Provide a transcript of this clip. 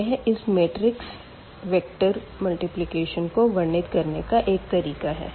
यह इस matrix vector गुणन को वर्णित करने का एक तरीका है